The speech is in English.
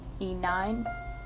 E9